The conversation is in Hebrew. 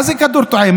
מה זה כדור תועה?